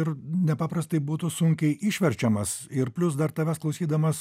ir nepaprastai būtų sunkiai išverčiamas ir plius dar tavęs klausydamas